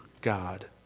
God